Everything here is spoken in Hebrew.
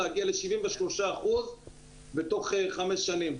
להגיע ל-73% בתוך חמש שנים,